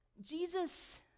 Jesus